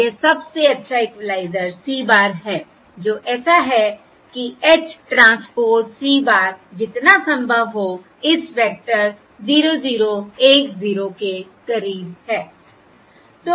यह सबसे अच्छा इक्वलाइज़र C bar है जो ऐसा है कि H ट्रांसपोज़ C bar जितना संभव हो इस वेक्टर 0 0 1 0 के करीब है